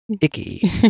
icky